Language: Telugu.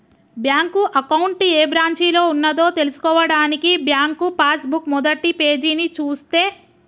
బ్యాంకు అకౌంట్ ఏ బ్రాంచిలో ఉన్నదో తెల్సుకోవడానికి బ్యాంకు పాస్ బుక్ మొదటిపేజీని చూస్తే